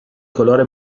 colore